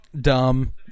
dumb